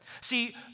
See